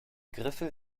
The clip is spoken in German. griffel